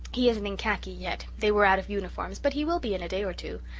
he isn't in khaki yet they were out of uniforms but he will be in a day or two.